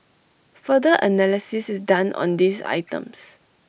further analysis is done on these items